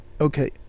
Okay